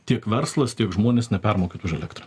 tiek verslas tiek žmonės nepermokėtų už elektrą